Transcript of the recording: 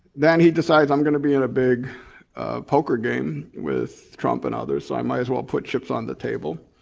then he decides i'm gonna be in a big poker game with trump and others so i might as well put chips on the table.